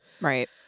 Right